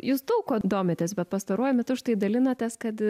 jūs daug kuo domitės bet pastaruoju metu štai dalinotės kad